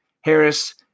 Harris